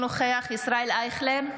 אינו נוכח ישראל אייכלר,